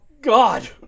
God